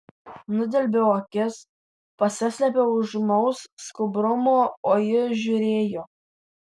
nudelbiau akis pasislėpiau už ūmaus skubrumo o ji žiūrėjo